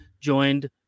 joined